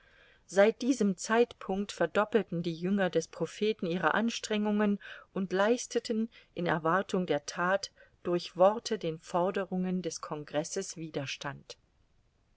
seit diesem zeitpunkt verdoppelten die jünger des propheten ihre anstrengungen und leisteten in erwartung der that durch worte den forderungen des congresses widerstand